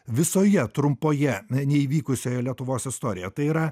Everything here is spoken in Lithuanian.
visoje trumpoje neįvykusioje lietuvos istorijoje tai yra